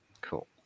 Cool